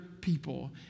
people